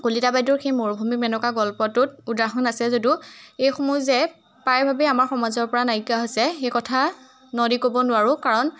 কলিতা বাইদেউৰ সেই মৰুভূমিত মেনকা গল্পটোত উদাহৰণ আছে যদিও এইসমূহ যে প্ৰায়ভাৱেই আমাৰ সমাজৰ পৰা নাইকিয়া হৈছে সেই কথা ন দি ক'ব নোৱাৰোঁ কাৰণ